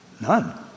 None